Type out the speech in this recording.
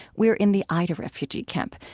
we're in the aida refugee camp,